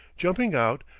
jumping out,